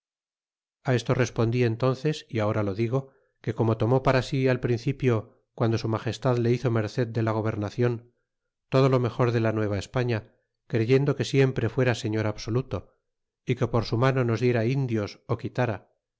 esto respondí entónces y ahora lo digo que como tomó para si al principio guando su magestad le hizomerced de la gobernacion todo lo mejor de la nuevaespaña creyendo que siempre fuera señor absoluto y que por su mano nos diera indios quitara